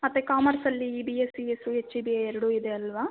ಮತ್ತೆ ಕಾಮರ್ಸಲ್ಲಿ B S C S C H E B A ಎರಡೂ ಇದೆಯಲ್ವ